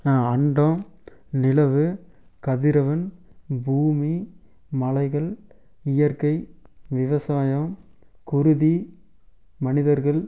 அண்டம் நிலவு கதிரவன் பூமி மலைகள் இயற்கை விவசாயம் குருதி மனிதர்கள்